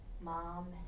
mom